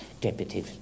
Deputy